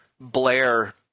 Blair, –